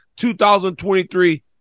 2023